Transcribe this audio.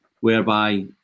whereby